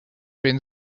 been